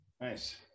nice